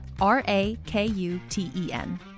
R-A-K-U-T-E-N